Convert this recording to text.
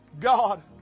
God